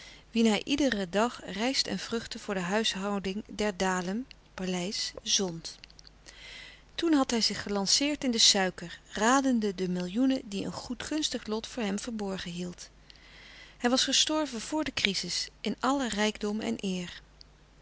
hij iederen dag rijst en vruchten voor de huishouding der alem zond toen had hij zich gelanceerd in de suiker radende de millioenen die een goedgunstig lot voor hem verborgen hield hij was gestorven vor de crizis in allen rijkdom en eer